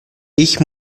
ich